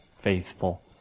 faithful